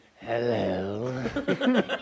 Hello